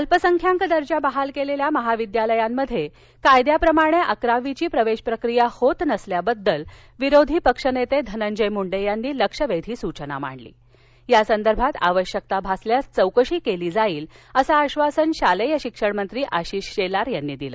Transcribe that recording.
अल्पसंख्याक दर्जा बहाल केलेल्या महाविद्यालयांमध्ये कायद्याप्रमाणे अकरावीची प्रवेश प्रक्रिया होत नसल्याबाबत विरोधी पक्षनेते धनंजय मुंडे यांनी लक्षवेधी सूचना मांडली यासंदर्भात आवश्यकता भासल्यास चौकशी केली जाईल असं आश्वासन शालेय शिक्षणमंत्री आशिष शेलार यांनी दिलं